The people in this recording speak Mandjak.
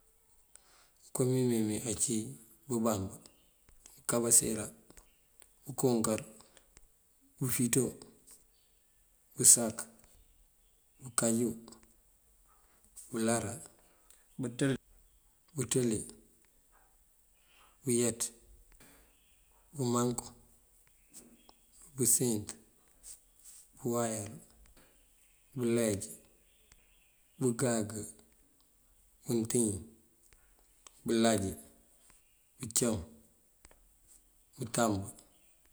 Itim mënko mímeemí ací bëbam, bëkabaseera, bëkookar, bëfito, bësaka, bëkajú, bëláara, bëţëli, bëyaţ, bëmankuŋ, bëseenţ, bëwayar, bëleej, bëŋáaŋ, bënţin, bëlaj ací, bëcam, bëtamb